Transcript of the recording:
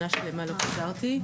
שנה שלמה לא חזרתי,